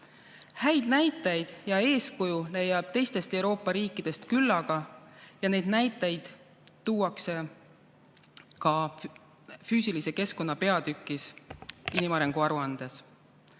Häid näiteid ja eeskuju leiab teistest Euroopa riikidest küllaga ja neid näiteid tuuakse ka füüsilise keskkonna peatükis inimarengu aruandes.